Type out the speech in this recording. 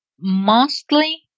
Mostly